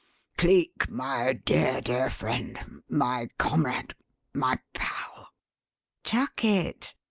cleek, my dear, dear friend my comrade my pal chuck it!